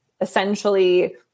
essentially